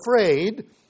afraid